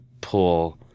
pull